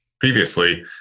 previously